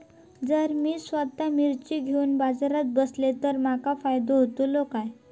जर मी स्वतः मिर्ची घेवून बाजारात बसलय तर माका फायदो होयत काय?